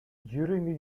during